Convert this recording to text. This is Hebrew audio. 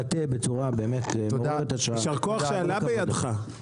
יישר כוח שעלה בידך.